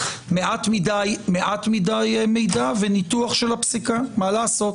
מעט מדי מידע וניתוח של הפסיקה, מה לעשות.